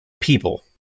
people